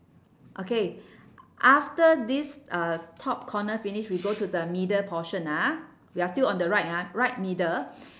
okay after this uh top corner finish we go to the middle portion ah we are still on the right ah right middle